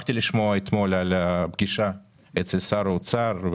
שמחתי לשמוע אתמול על הפגישה אצל שר האוצר,